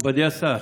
מכובדי השר,